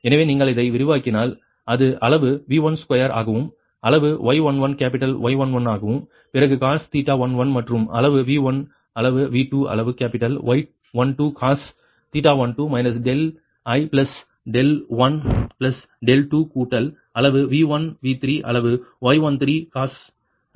எனவே நீங்கள் இதை விரிவாக்கினால் அது அளவு V1 ஸ்கொயர் ஆகவும் அளவு Y11 கேப்பிட்டல் Y11 ஆகவும் பிறகு cos θ11 மற்றும் அளவு V1 அளவு V2 அளவு capital Y12 cos θ12 i plus 1 plus 2 கூட்டல் அளவு V1 V3 அளவு Y13 cos θ13 1 3